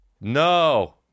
no